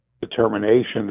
determination